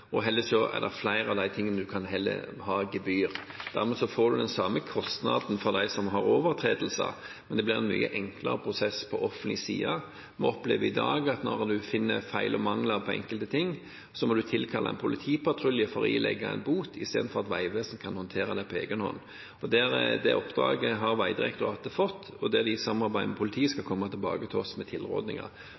flere av de tingene en kan ha gebyr for. Dermed får en den samme kostnaden for dem som har overtredelser, men det blir en mye enklere prosess på offentlig side. Vi opplever i dag at når en finner feil og mangler på enkelte ting, må en tilkalle en politipatrulje for å ilegge en bot, istedenfor at Vegvesenet kan håndtere det på egen hånd. Det oppdraget har Vegdirektoratet fått, og i samarbeid med politiet skal de komme tilbake til oss med tilrådinger.